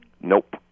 Nope